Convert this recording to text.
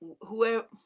whoever